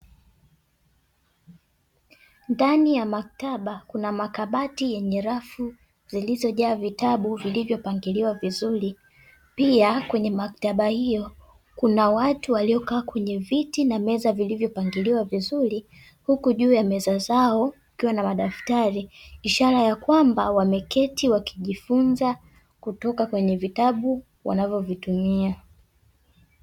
Ndani ya maktaba kuna makabati yenye rafu zilizojaa vitabu vilivyapangiliwa vizuri, pia kwenye maktaba hiyo kuna watu waliyokaa kwenye viti na meza vilivyopangiliwa vizuri, huku juu ya meza zao kukiwa na madaftari, ishara ya kwamba wameketi wakijifunza kutoka kwenye vitabu wanavyovitumia.